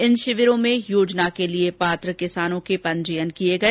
इन शिविरों में योजना के लिए पात्र किसानों के पंजीयन किए गए